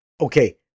Okay